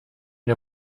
der